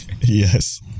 Yes